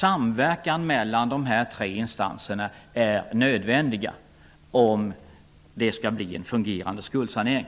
Samverkan mellan de här tre instanserna är nödvändig om skuldsaneringen skall fungera.